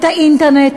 את האינטרנט,